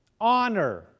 honor